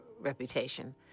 reputation